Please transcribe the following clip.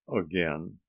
again